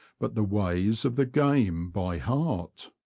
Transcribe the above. but the ways of the game by heart.